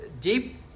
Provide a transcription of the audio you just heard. deep